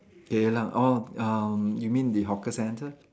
Geylang orh um you mean the hawker centre